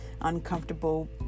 uncomfortable